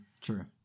true